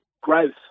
growth